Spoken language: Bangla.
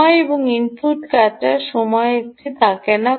সময় এবং ইনপুট কাটার সময় এটি থাকে না